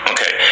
Okay